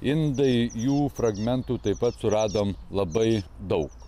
indai jų fragmentų taip pat suradom labai daug